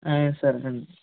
సరేనండి